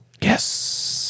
Yes